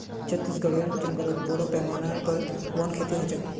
छत्तीसगढेर जंगलत बोरो पैमानार पर वन खेती ह छेक